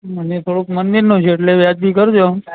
મને થોડુંક મંદિરનું છે એટલે વ્યાજબી કરજો